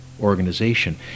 organization